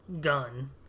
gun